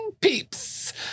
peeps